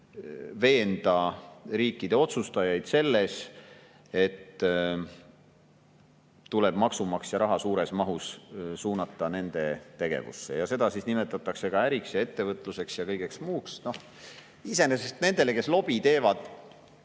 veenda riikide otsustajaid selles, et tuleb maksumaksja raha suures mahus suunata nende tegevusse, ja seda siis nimetatakse äriks ja ettevõtluseks ja kõigeks muuks. Iseenesest nendele, kes lobi teevad,